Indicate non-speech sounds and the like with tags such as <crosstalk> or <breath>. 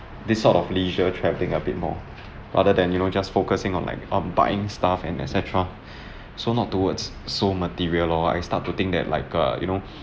this sort of leisure travelling a bit more rather than you know just focusing on like um buying stuff and et cetera <breath> so not towards so material lor I start to think that like uh you know